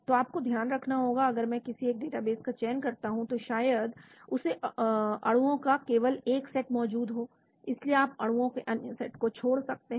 तो आपको ध्यान रखना होगा अगर मैं किसी एक डेटाबेस का चयन करता हूं तो शायद उसे अणुओं का केवल एक सेट मौजूद हो इसलिए आप अणुओं के अन्य सेट को छोड़ सकते हैं